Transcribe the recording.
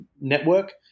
network